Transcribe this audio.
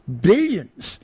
billions